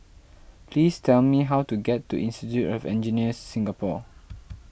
please tell me how to get to Institute of Engineers Singapore